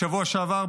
בשבוע שעבר,